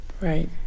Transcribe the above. right